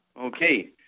Okay